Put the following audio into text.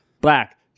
black